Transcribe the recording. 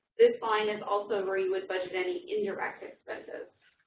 this line is also where you would budget any indirect expenses.